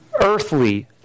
earthly